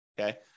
Okay